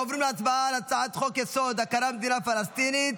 להצבעה על הצעת חוק-יסוד: הכרה במדינה פלסטינית.